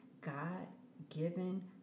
God-given